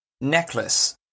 necklace